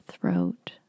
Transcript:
throat